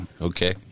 Okay